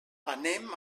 anem